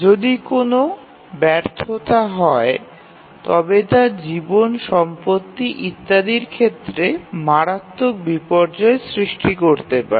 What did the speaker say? যদি এটা ঠিক ভাবে কাজ না করে তবে তা জীবন সম্পত্তি ইত্যাদি ক্ষেত্রে মারাত্মক বিপর্যয় সৃষ্টি করতে পারে